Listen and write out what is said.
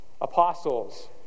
apostles